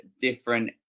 different